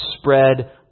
spread